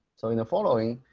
so in the following,